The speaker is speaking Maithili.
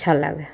अच्छा लागै हइ